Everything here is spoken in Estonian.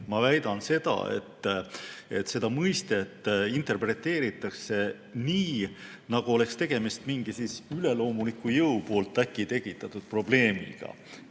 Ma väidan seda, et seda mõistet interpreteeritakse nii, nagu oleks tegemist mingi üleloomuliku jõu poolt äkki tekitatud probleemiga.